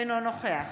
אינו נוכח